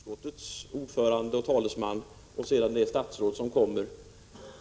Herr talman! Det är alltid lika fascinerande att notera arbetsfördelningen mellan utskottets ordförande och talesman och statsrådet.